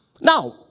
Now